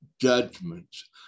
judgments